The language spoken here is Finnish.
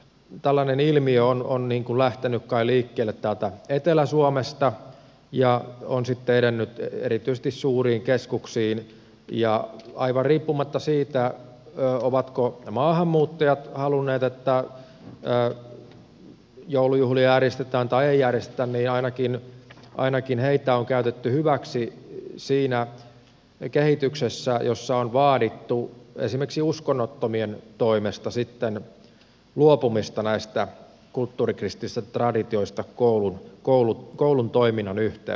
tällainen ilmiö on lähtenyt kai liikkeelle täältä etelä suomesta ja on sitten edennyt erityisesti suuriin keskuksiin ja aivan riippumatta siitä ovatko maahanmuuttajat halunneet että joulujuhlia järjestetään tai ei järjestetä ainakin heitä on käytetty hyväksi siinä kehityksessä jossa on vaadittu esimerkiksi uskonnottomien toimesta sitten luopumista näistä kulttuurikristillisistä traditioista koulun toiminnan yhteydessä